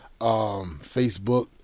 Facebook